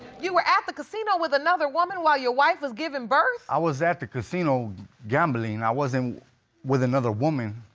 you were at the casino with another woman while your wife was giving birth? i was at the casino gambling. i wasn't with another woman.